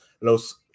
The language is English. Los